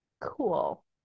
Cool